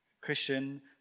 Christian